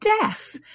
death